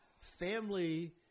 family